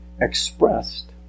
expressed